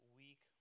week